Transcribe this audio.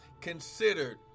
considered